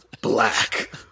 Black